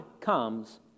comes